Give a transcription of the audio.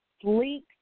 sleek